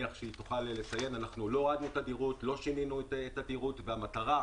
כמו שנאמר, אין כל שינוי בתדירות הקווים,